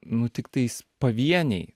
nu tiktais pavieniai